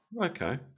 Okay